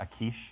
Akish